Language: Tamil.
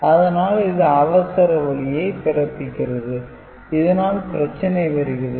அதனால் இது அவசர ஒலியை பிறப்பிக்கிறது இதனால் பிரச்சனை வருகிறது